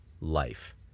life